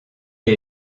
est